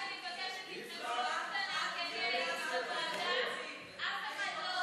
רק אני מבקשת, כי אני הייתי בוועדה, אף אחד לא,